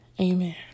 amen